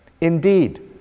indeed